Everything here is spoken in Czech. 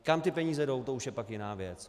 Kam ty peníze jdou, to už je pak jiná věc.